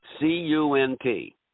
C-U-N-T